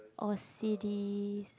or C_Ds